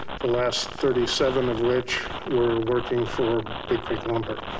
the last thirty seven of which were working for big creek lumber.